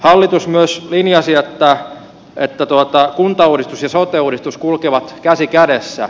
hallitus myös linjasi että kuntauudistus ja sote uudistus kulkevat käsi kädessä